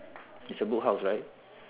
it's a boathouse right